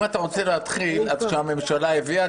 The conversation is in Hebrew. אם אתה רוצה להתחיל אז שהממשלה הביאה.